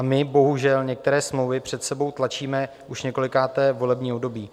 My bohužel některé smlouvy před sebou tlačíme už několikáté volební období.